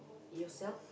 yourself